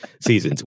seasons